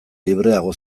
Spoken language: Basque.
libreago